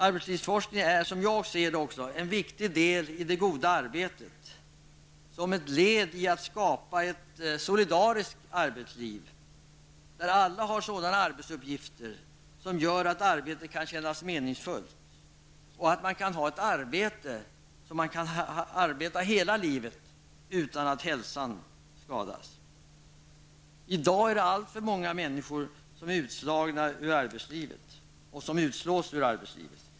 Arbetslivsforskning är, som jag också ser det, en viktig del i det goda arbetet, som ett led i skapandet av ett solidariskt arbetsliv, där alla har arbetsuppgifter som gör att arbetet kan kännas meningsfullt. Och man skall kunna ha ett arbete hela livet till pensionsåldern utan att hälsan skadas. I dag är det allför många människor som slås ut ur arbetslivet.